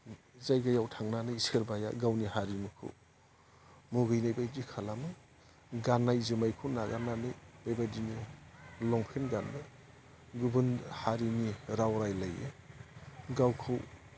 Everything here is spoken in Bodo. जायगायाव थांनानै सोरबाया गावनि हारिमुखौ मुगैनायबायदि खालामो गाननाय जोमनायखौ नागारनानै बेबायदिनो लंपेन्ट गाननो गुबुन हारिनि राव रायज्लायो गावखौ